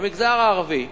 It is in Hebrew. במגזר הערבי,